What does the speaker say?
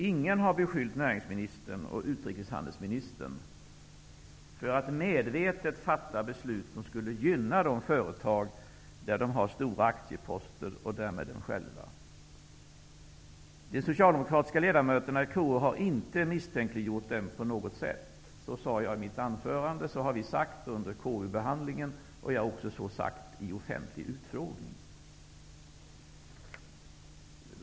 Ingen har beskyllt näringsministern och utrikeshandelsministern för att medvetet fatta beslut som skulle gynna de företag där de har stora aktieposter och därmed dem själva. De socialdemokratiska ledamöterna i KU har inte misstänkliggjort dem på något sätt. Det sade jag i mitt anförande, och det har vi sagt under KU behandlingen. Vi har också sagt det i offentlig utfrågning.